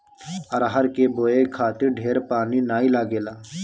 अरहर के बोए खातिर ढेर पानी नाइ लागेला